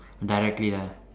directly lah